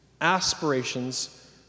aspirations